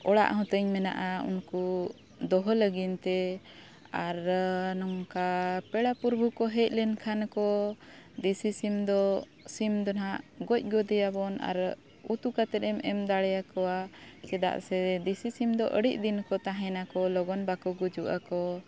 ᱚᱲᱟᱜ ᱦᱚᱸᱛᱤᱧ ᱢᱮᱱᱟᱜᱼᱟ ᱩᱱᱠᱩ ᱫᱚᱦᱚ ᱞᱟᱹᱜᱤᱫᱼᱛᱮ ᱟᱨ ᱱᱚᱝᱠᱟ ᱯᱮᱲᱟ ᱯᱩᱨᱵᱷᱩ ᱠᱚ ᱦᱮᱡ ᱞᱮᱱᱠᱷᱟᱱ ᱠᱚ ᱫᱮᱥᱤ ᱥᱤᱢ ᱫᱚ ᱥᱤᱢ ᱫᱚ ᱦᱟᱜ ᱜᱚᱡ ᱜᱚᱫᱮᱭᱟᱵᱚᱱ ᱟᱨ ᱩᱛᱩ ᱠᱟᱛᱮᱢ ᱮᱢ ᱫᱟᱲᱮᱭᱟᱠᱚᱣᱟ ᱪᱮᱫᱟᱜ ᱥᱮ ᱫᱮᱥᱤ ᱥᱤᱢ ᱫᱚ ᱟᱹᱰᱤ ᱫᱤᱱ ᱠᱚ ᱛᱟᱦᱮᱱᱟᱠᱚ ᱞᱚᱜᱚᱱ ᱵᱟᱠᱚ ᱜᱩᱡᱩᱜ ᱟᱠᱚ